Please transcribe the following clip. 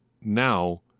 now